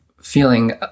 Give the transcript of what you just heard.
feeling